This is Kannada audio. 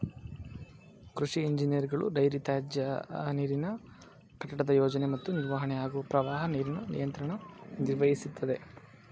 ಕೃಷಿ ಇಂಜಿನಿಯರ್ಗಳು ಡೈರಿ ತ್ಯಾಜ್ಯನೀರಿನ ಕಟ್ಟಡದ ಯೋಜನೆ ಮತ್ತು ನಿರ್ವಹಣೆ ಹಾಗೂ ಪ್ರವಾಹ ನೀರಿನ ನಿಯಂತ್ರಣ ನಿರ್ವಹಿಸ್ತದೆ